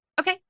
okay